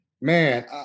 man